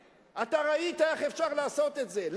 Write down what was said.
אתה ראית איך עשיתי את זה ברעננה,